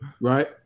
Right